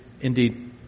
indeed